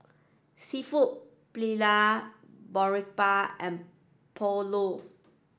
Seafood Paella Boribap and Pulao